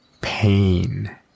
pain